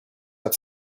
had